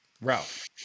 Ralph